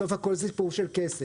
בסוף הכל הוא סיפור של כסף.